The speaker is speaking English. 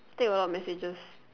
think got a lot of messages